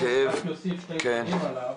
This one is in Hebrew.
אני רק אוסיף שתי מילים עליו.